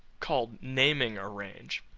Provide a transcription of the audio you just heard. called naming a range.